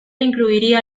incluiría